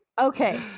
okay